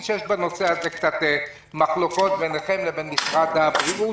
ידוע שיש בנושא הזה קצת מחלוקות ביניכם לבין משרד הבריאות,